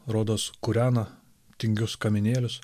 rodos kūrena tingius kaminėlius